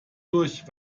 durch